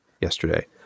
yesterday